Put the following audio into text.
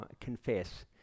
confess